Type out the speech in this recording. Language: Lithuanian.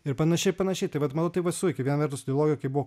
ir panašiai ir panašiai tai vat manau tai va suveikė viena vertus ideologija kai buvo